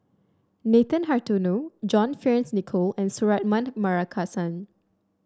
Nathan Hartono John Fearns Nicoll and Suratman Markasan